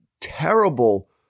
terrible